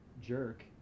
jerk